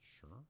Sure